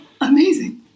amazing